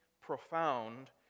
profound